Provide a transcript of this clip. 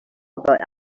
about